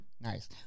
Nice